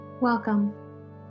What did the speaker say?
Welcome